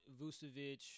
Vucevic